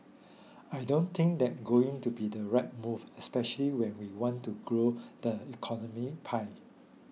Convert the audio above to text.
I don't think that going to be the right move especially when we want to grow the economy pie